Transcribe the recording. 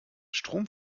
strom